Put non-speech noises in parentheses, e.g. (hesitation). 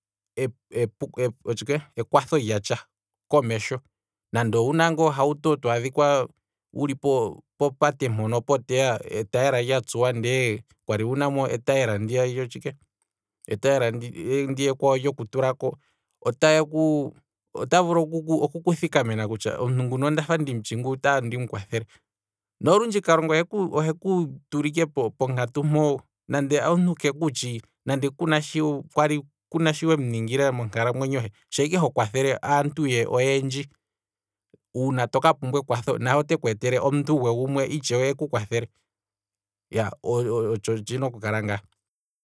(hesitation) otshike, ekwatho lyatsha komesho nande owuna ngaa ohauto twaadhikwa wuli po- po pate mpono etayi yela lya tsuwa ndele kwali wu namo etayela ndiya lyatshike, etayi yela ndiya ekwawo lyoku tulako. otayeku otaya vulu okuku thikamena kutya omuntu nguno ondafa ndimutshi nguno itaa ndimu kwathele, nolundji kalung oheku tula ike po- po- ponkatu mpoo nande omuntu kekutshi, nande kuna shi kwali, nande kuna shi wemu ningila monkalamwenyo he, shaa ike hokwathele aantu ye oyendji nangweye uuna toka pumbwa ekwatho oteku pe aantu ye yeku kwathele, otsho tshina oku kala ngaa.